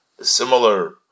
similar